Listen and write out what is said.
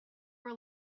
were